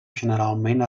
generalment